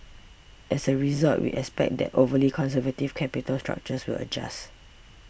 as a result we expect that overly conservative capital structures will adjust